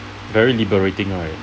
very liberating right